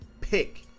pick